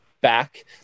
back